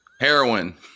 Heroin